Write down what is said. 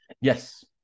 Yes